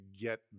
get